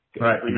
Right